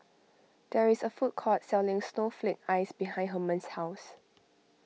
there is a food court selling Snowflake Ice behind Hermann's house